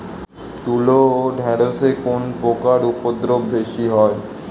তুলো ও ঢেঁড়সে কোন পোকার উপদ্রব বেশি হয়?